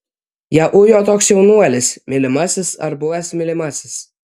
ją ujo toks jaunuolis mylimasis ar buvęs mylimasis